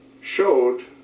showed